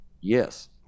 yes